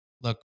look